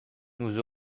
nous